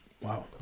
Wow